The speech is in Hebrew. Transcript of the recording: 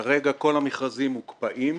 כרגע כל המכרזים מוקפאים.